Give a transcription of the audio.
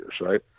Right